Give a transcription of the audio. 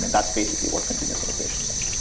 and that's basically what continuous integration is.